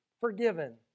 forgiven